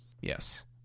Yes